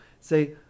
Say